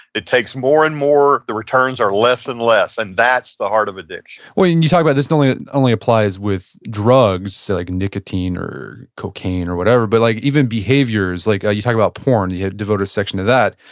it takes more and more. the returns are less and less, and that's the heart of addiction well, you you talk about, this not only applies with drugs, so like nicotine or cocaine or whatever, but like even behaviors. like ah you talk about porn. you yeah devoted a section to that.